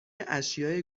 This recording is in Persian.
اشیاء